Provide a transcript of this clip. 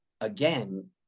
again